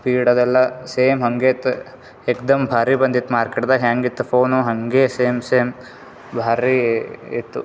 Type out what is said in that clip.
speed ಅದೆಲ್ಲ same ಹಂಗೇ ಇತ್ತು ಏಕ್ದಮ್ ಭಾರಿ ಬಂದಿತ್ತು ಮಾರ್ಕೆಟ್ದಾಗೆ ಹ್ಯಾಂಗಿತ್ತು ಫೋನು ಹಂಗೇ ಸೇಮ್ ಸೇಮ್ ಭಾರೀ ಇತ್ತು